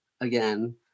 again